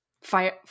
fire